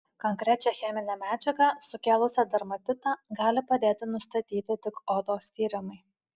konkrečią cheminę medžiagą sukėlusią dermatitą gali padėti nustatyti tik odos tyrimai